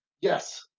Yes